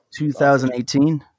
2018